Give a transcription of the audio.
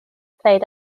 played